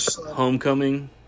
Homecoming